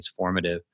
transformative